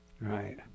Right